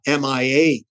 MIA